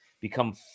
become